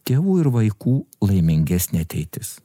tėvų ir vaikų laimingesnė ateitis